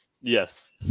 Yes